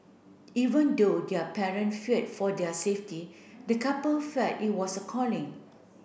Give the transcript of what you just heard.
even though their parent feared for their safety the couple felt it was a calling